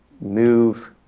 move